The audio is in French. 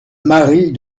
maris